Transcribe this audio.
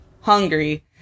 hungry